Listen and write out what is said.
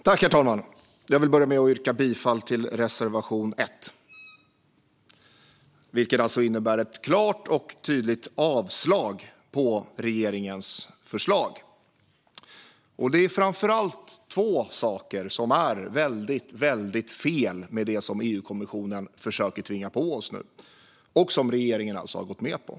Herr talman! Jag vill börja med att yrka bifall till reservation 1, vilket innebär ett klart och tydligt avslag på regeringens förslag. Det är framför allt två saker som är väldigt, väldigt fel med det som EU-kommissionen försöker tvinga på oss nu och som regeringen alltså har gått med på.